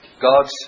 God's